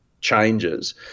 changes